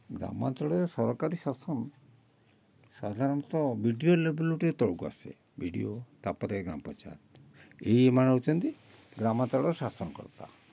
ଗ୍ରାମାଞ୍ଚଳରେ ସରକାରୀ ଶାସନ ସାଧାରଣତଃ ବି ଡ଼ି ଓ ଲେବୁଲରୁ ଟିକେ ତଳକୁ ଆସେ ବି ଡ଼ି ଓ ତା'ପରେ ଗ୍ରାମ ପଞ୍ଚାୟତ ଏହିମାନେ ହେଉଛନ୍ତି ଗ୍ରାମାଞ୍ଚଳର ଶାସନକର୍ତ୍ତା